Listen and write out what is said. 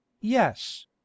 Yes